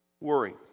worry